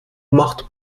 macht